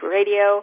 Radio